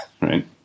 Right